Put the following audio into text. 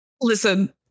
Listen